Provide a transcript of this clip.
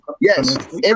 Yes